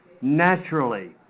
naturally